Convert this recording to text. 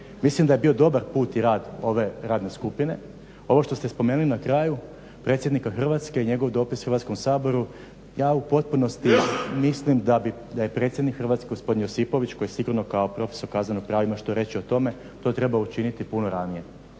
Mislim da je bio dobar put i rad ove radne skupine. Ovo što ste spomenuli na kraju predsjednika Hrvatske i njegov doprinos Hrvatskom saboru ja u potpunosti mislim da je predsjednik Hrvatske gospodin Josipović koji sigurno kao prof. kaznenog prava ima što reći o tome to trebao učiniti puno ranije.